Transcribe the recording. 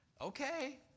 Okay